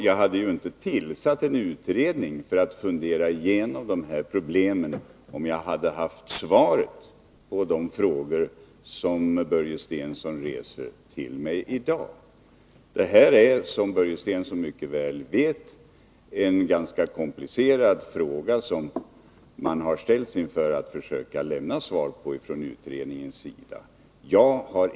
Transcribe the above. Jag hade ju inte tillsatt en utredning som skall fundera igenom de här problemen, om jag hade haft svaret på de frågor som Börje Stensson reser till migi dag. Som Börje Stensson mycket väl vet är detta en ganska komplicerad fråga. Utredningen har fått i uppdrag att försöka lämna svar på den.